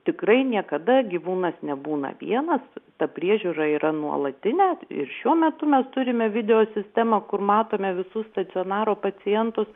tikrai niekada gyvūnas nebūna vienas ta priežiūra yra nuolatinė ir šiuo metu mes turime video sistemą kur matome visus stacionaro pacientus